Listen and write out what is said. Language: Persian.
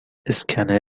اسکنر